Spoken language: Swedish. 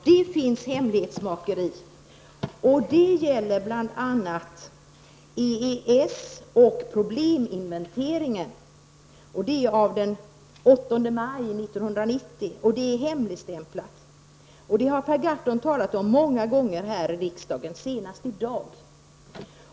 Herr talman! Jo, Kristina Svensson, det förekommer ett hemlighetsmakeri. Det gäller bl.a. 1990. Detta material är hemligstämplat. Detta har Per Gahrton talat om många gånger här i riksdagen, senast i dag.